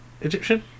Egyptian